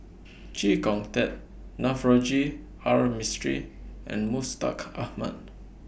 Chee Kong Tet Navroji R Mistri and Mustaq Ahmad